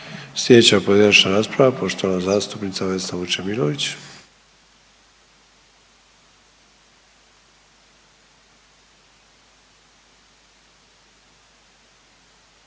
Slijedeća pojedinačna rasprava poštovana zastupnica Vesna Vučemilović.